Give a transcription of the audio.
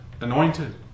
anointed